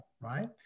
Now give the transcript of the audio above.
right